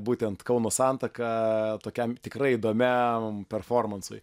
būtent kauno santaka tokiam tikrai įdomiam performansui